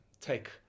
Take